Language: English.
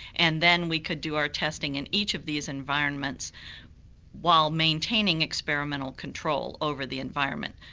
and then we could do our testing in each of these environments while maintaining experimental control over the environment.